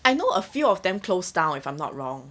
I know a few of them close down if I'm not wrong